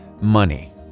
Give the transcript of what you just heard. money